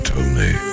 Tony